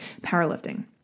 powerlifting